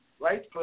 right